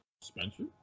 Spencer